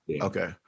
Okay